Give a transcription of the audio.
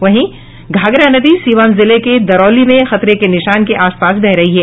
वहीं घाघरा नदी सिवान जिले के दरौली में खतरे के निशान के आसपास बह रही है